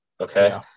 okay